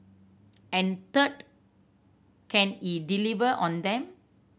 and third can he deliver on them